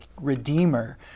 redeemer